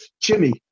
Jimmy